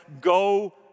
go